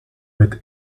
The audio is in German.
mit